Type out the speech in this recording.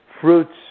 fruits